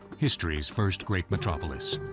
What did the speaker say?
history's first great metropolis.